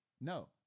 No